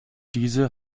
diese